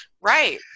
Right